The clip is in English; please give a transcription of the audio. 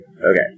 Okay